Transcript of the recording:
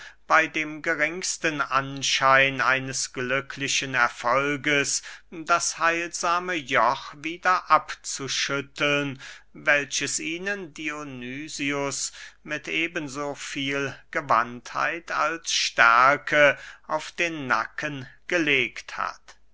bey dem geringsten anschein eines glücklichen erfolgs das heilsame joch wieder abzuschütteln welches ihnen dionysius mit eben so viel gewandtheit als stärke auf den nacken gelegt hat